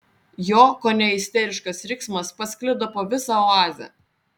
jo kone isteriškas riksmas pasklido po visą oazę